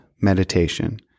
meditation